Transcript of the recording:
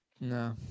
No